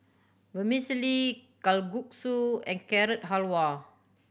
Vermicelli Kalguksu and Carrot Halwa